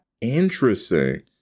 Interesting